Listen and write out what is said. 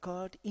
God